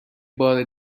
بار